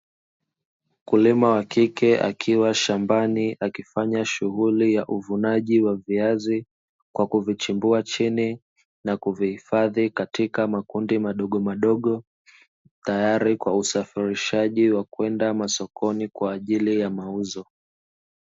Mkulima wa kike akiwa shambani, akifanya shughuli ya uvunaji wa viazi kwa kuvichimbua chini na kuvihifadhi katika makundi madogo madogo, tayari kwa usafirishaji wa kwenda masokoni kwa ajili ya mauzo.